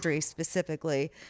specifically